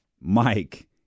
Mike